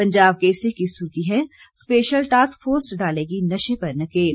पंजाब केसरी की सुर्खी है स्पैशल टास्क फोर्स डालेगी नशे पर नकेल